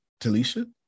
Talisha